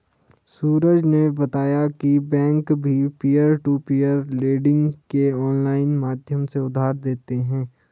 सूरज ने बताया की बैंक भी पियर टू पियर लेडिंग के ऑनलाइन माध्यम से उधार देते हैं